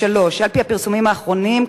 3. על-פי הפרסומים האחרונים,